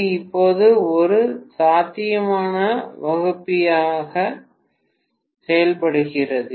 இது இப்போது ஒரு சாத்தியமான வகுப்பியாக செயல்படுகிறது